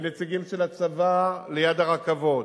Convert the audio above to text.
ונציגים של הצבא ליד הרכבות,